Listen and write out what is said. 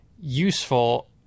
useful